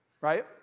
right